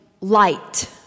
light